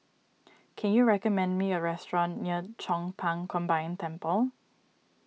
can you recommend me a restaurant near Chong Pang Combined Temple